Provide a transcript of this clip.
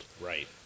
Right